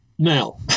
Now